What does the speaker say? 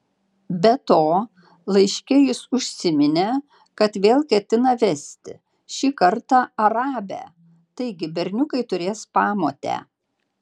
be to laiške jis užsiminė kad vėl ketina vesti šį kartą arabę taigi berniukai turės pamotę